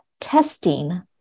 testing